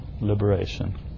liberation